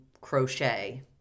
crochet